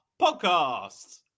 podcast